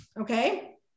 okay